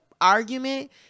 argument